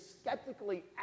skeptically